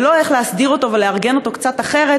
ולא איך להסדיר אותו ולארגן אותו קצת אחרת